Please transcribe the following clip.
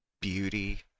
beauty